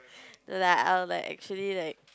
like I will like actually like